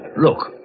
Look